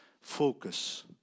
focus